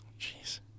jeez